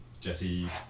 Jesse